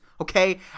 Okay